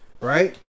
Right